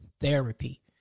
therapy